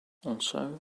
also